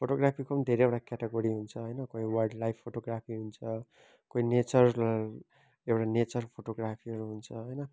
फोटोग्राफीको पनि धेरैवडा फोटोग्राफी हुन्छ होइन कोही वाइल्डलाइफ फोटोग्राफी हुन्छ कोही न्याचुरल एउडा नेचर फोटोग्राफीहरू हुन्छ होइन